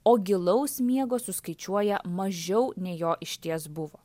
o gilaus miego suskaičiuoja mažiau nei jo išties buvo